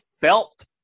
felt